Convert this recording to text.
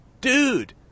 dude